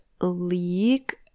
League